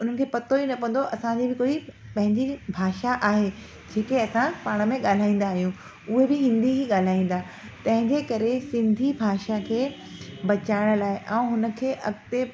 उन्हनि खे पतो ई न पवंदो असांजे कोई पंहिंजी भाषा आहे जेके असां पाण में ॻाल्हाईंदा आहियूं उहो बि हिंदी ई ॻाल्हाईंदा तंहिं जे करे सिंधी भाषा खे बचाइण लाइ ऐं उन खे अॻिते